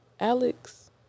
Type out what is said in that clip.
Alex